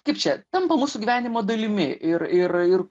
kaip čia tampa mūsų gyvenimo dalimi ir ir ir